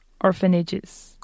orphanages